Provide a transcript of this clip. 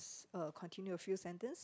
uh continue a few sentence